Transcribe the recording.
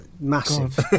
Massive